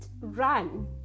run